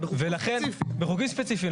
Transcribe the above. בחוקים ספציפיים.